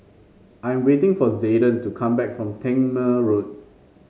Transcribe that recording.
I'm waiting for Zayden to come back from Tangmere Road